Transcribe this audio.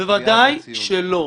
בוודאי שלא,